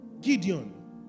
Gideon